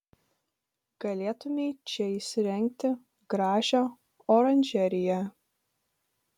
galėtumei čia įsirengti gražią oranžeriją